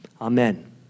Amen